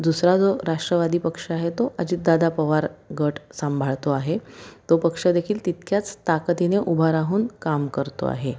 दुसरा जो राष्ट्रवादी पक्ष आहे तो अजितदादा पवार गट सांभाळतो आहे तो पक्षदेखील तितक्याच ताकदीने उभा राहून काम करतो आहे